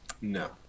No